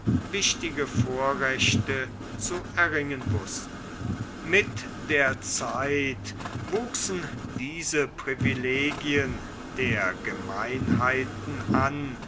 wichtige vorrechte zu erringen wußten mit der zeit wuchsen diese privilegien der gemeinheiten an